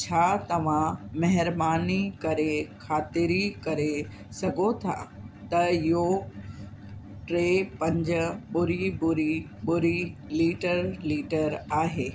छा तव्हां महिरबानी करे ख़ातिरी करे सघो था त इहो टे पंज ॿुड़ी ॿुड़ी ॿुड़ी लीटर लीटर आहे